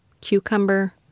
cucumber